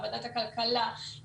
משרד הכלכלה,